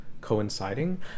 coinciding